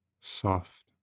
Soft